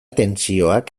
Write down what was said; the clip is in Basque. tentsioak